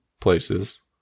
places